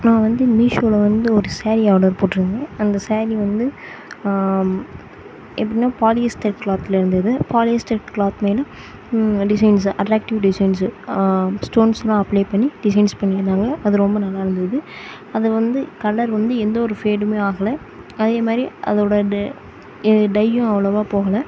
நான் வந்து மீஷோவில் வந்து ஒரு சேரி ஆர்டர் போட்டிருந்தேன் அந்த சேரி வந்து எப்படின்னா பாலியிஸ்டர் கிளாத்தில் இருந்தது பாலியிஸ்டர் கிளாத் மேலே டிசைன்ஸ் அட்ராக்டிவ் டிசைன்ஸு ஸ்டோன்ஸ்லாம் அப்ளே பண்ணி டிசைன்ஸ் பண்ணியிருந்தாங்க அது ரொம்ப நல்லாயிருந்தது அது வந்து கலர் வந்து எந்த ஒரு ஃபேடும் ஆகலை அதே மாதிரி அதோட டையும் அவ்வளோவா போகலை